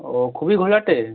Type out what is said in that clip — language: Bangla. ও খুবই ঘোলাটে